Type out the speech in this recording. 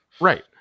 right